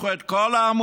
תיקחו את כל העמותות,